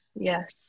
Yes